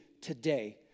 today